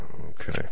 okay